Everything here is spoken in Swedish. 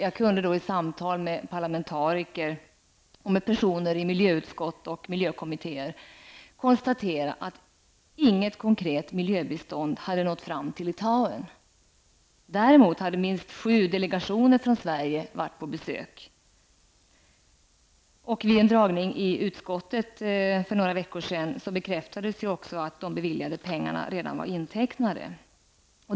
Jag kunde då i samtal med parlamentariker samt med personer i miljöutskott och miljökommitteér konstatera att inget konkret miljöbistånd hade nått fram till Litauen. Däremot hade minst sju delegationer från Sverige varit på besök. Vid en föredragning i utskottet för några veckor sedan bekräftades också att de beviljade pengarna redan var intecknade.